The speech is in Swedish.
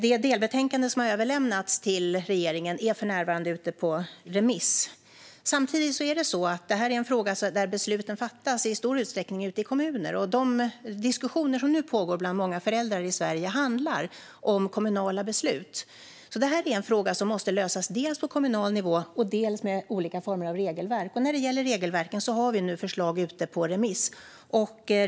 Det delbetänkande som har överlämnats till regeringen är för närvarande ute på remiss. Samtidigt är det så att detta är en fråga där besluten i stor utsträckning fattas ute i kommunerna, och de diskussioner som nu pågår bland många föräldrar i Sverige handlar om kommunala beslut. Denna fråga måste alltså lösas dels på kommunal nivå, dels med olika former av regelverk. När det gäller regelverken har vi nu förslag ute på remiss.